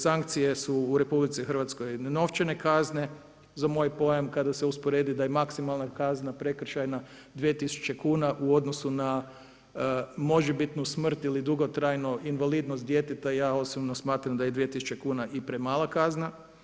Sankcije su u Republici Hrvatskoj novčane kazne za moj pojam kada se usporedi da je maksimalna kazna prekršajna 2.000 kuna u odnosu na možebitnu smrt ili dugotrajnu invalidnost djeteta ja osobno smatram da je 2.000 kuna i premala kazna.